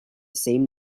same